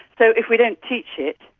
so if we don't teach it,